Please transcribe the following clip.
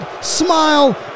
smile